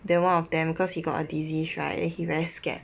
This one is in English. then one of them cause he got a disease right then he very scared